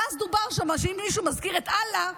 ואז דובר שם שאם מישהו מזכיר את אללה,